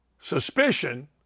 suspicion